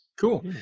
Cool